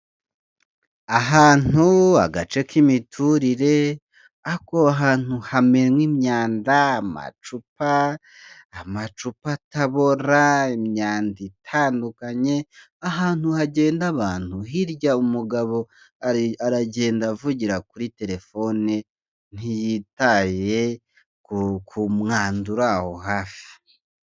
Ahantu agace k'imiturire, ako ahantu bamena imyanda y'amacupa, amacupa atabora, imyanda itandukanye ahantu hagenda abantu, hirya umugabo aragenda avugira kuri telefone ntiyitaye ku mwanda uri aho hafi.